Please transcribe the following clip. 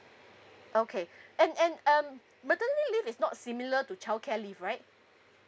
okay and and um maternity leave is not similar to childcare leave right